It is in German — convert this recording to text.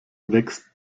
wächst